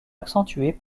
accentuée